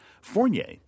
Fournier